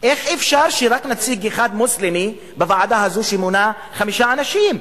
איך אפשר שיהיה רק נציג מוסלמי אחד בוועדה הזאת שמונה חמישה אנשים?